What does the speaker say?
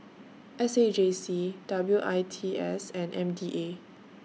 S A J C W I T S and M D A